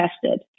tested